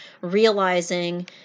realizing